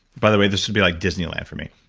by the way, this would be like disneyland for me.